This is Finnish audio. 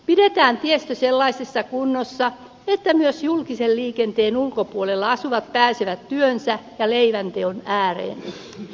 pidetään tiestö sellaisessa kunnossa että myös julkisen liikenteen ulkopuolella asuvat pääsevät työnsä ja leivänteon ääreen